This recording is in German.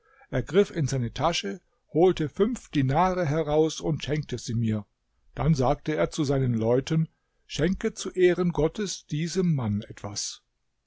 er griff in seine tasche holte fünf dinare heraus und schenkte sie mir dann sagte er zu seinen leuten schenket zu ehren gottes diesem mann etwas